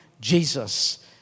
Jesus